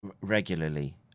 regularly